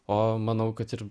o manau kad ir